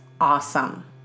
awesome